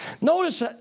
Notice